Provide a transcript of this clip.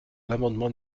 l’amendement